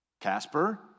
Casper